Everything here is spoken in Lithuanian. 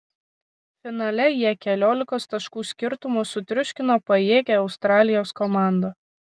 finale jie keliolikos taškų skirtumu sutriuškino pajėgią australijos komandą